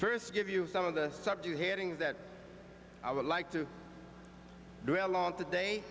first give you some of the subject headings that i would like to do along today